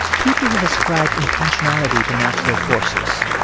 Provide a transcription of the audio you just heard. people have ascribed intentionality to natural forces.